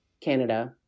Canada